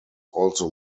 also